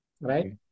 Right